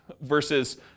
Versus